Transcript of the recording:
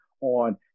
on